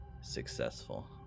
successful